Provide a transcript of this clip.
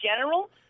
general